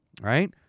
Right